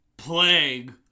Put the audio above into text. plague